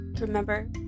remember